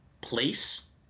place